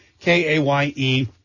K-A-Y-E